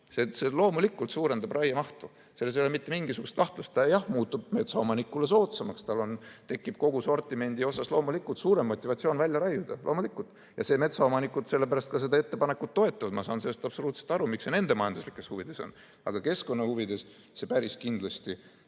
Loomulikult see suurendab raiemahtu, selles ei ole mitte mingisugust kahtlust. Ja see muutub metsaomanikule soodsamaks ning tal tekib kogu sortimendi puhul loomulikult tugevam motivatsioon raiuda. Loomulikult, ja metsaomanikud sellepärast ka seda ettepanekut toetavad. Ma saan sellest absoluutselt aru, miks see nende majanduslikes huvides on, aga keskkonna huvides see päris kindlasti